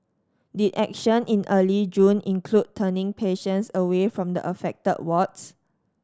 did action in early June include turning patients away from the affected wards